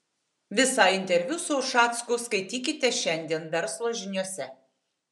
visą interviu su ušacku skaitykite šiandien verslo žiniose